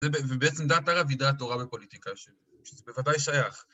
ובעצם דעת הרב היא דעת תורה בפוליטיקה, שזה בוודאי שייך.